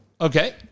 Okay